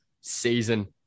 season